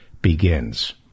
begins